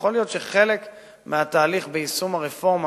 ויכול להיות שחלק מהתהליך ביישום הרפורמה,